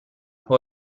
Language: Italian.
può